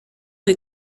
est